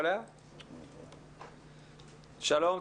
שלום,